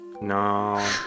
No